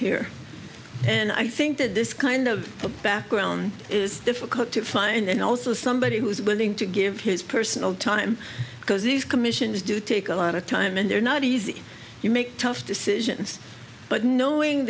here and i think that this kind of a background is difficult to find and also somebody who is willing to give his personal time because these commissions do take a lot of time and they're not easy you make tough decisions but knowing